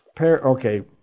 okay